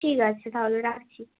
ঠিক আছে তাহলে রাখছি